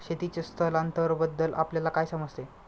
शेतीचे स्थलांतरबद्दल आपल्याला काय समजते?